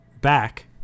back